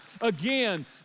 again